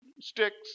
sticks